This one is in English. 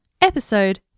Episode